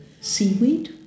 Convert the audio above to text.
seaweed